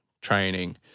training